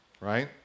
right